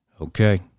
okay